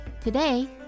Today